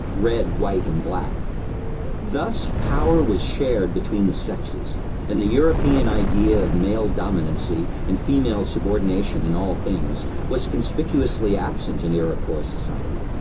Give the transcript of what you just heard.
red, white, and black thus power was shared between the sexes and the european idea of male dominance and female subordination in all things was conspicuously absent in iroquois society.